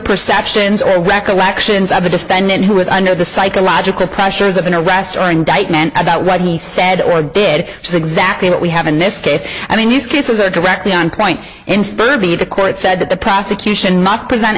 perceptions or recollections of the defendant who was under the psychological pressures of an arrest or indictment about what he said or did was exactly what we have in this case i mean these cases are directly on point and furby of the court said that the prosecution must present